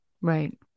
Right